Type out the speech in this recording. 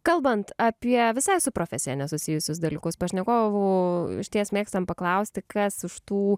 kalbant apie visai su profesija nesusijusius dalykus pašnekovų išties mėgstam paklausti kas už tų